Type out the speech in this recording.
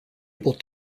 able